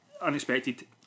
unexpected